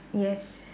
yes